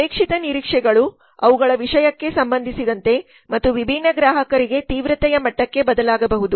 ಅಪೇಕ್ಷಿತ ನಿರೀಕ್ಷೆಗಳು ಅವುಗಳ ವಿಷಯಕ್ಕೆ ಸಂಬಂಧಿಸಿದಂತೆ ಮತ್ತು ವಿಭಿನ್ನ ಗ್ರಾಹಕರಿಗೆ ತೀವ್ರತೆಯ ಮಟ್ಟಕ್ಕೆ ಬದಲಾಗಬಹುದು